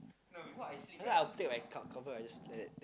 I'll take my cover I just like that